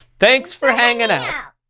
thanks for hanging out.